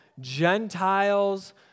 Gentiles